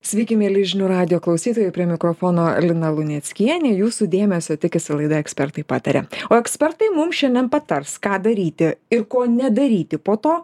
sveiki mieli žinių radijo klausytojai prie mikrofono lina luneckienė jūsų dėmesio tikisi laida ekspertai pataria o ekspertai mum šiandien patars ką daryti ir ko nedaryti po to